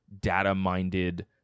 data-minded